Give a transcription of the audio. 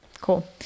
Cool